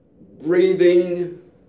breathing